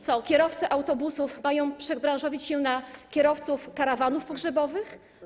Co, kierowcy autobusów mają się przebranżowić na kierowców karawanów pogrzebowych?